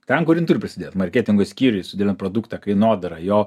ten kur ji ir turi prasidėt marketingo skyrius produktą kainodarą jo